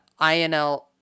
inl